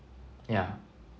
yeah